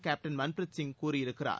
captain Manpreet Singh கூறியிருக்கிறார்